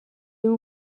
اون